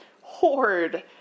horde